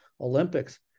Olympics